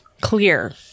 clear